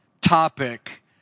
topic